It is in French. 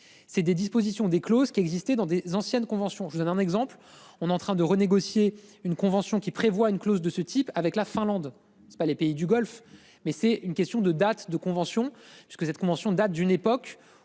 c'est des dispositions des clauses qui a existé dans des anciennes conventions je vous donne un exemple, on est en train de renégocier une convention qui prévoit une clause de ce type avec la Finlande. C'est pas les pays du Golfe. Mais c'est une question de date de convention jusqu'cette convention datent d'une époque